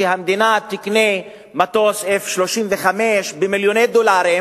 שהמדינה תקנה מטוס F-35 במיליוני דולרים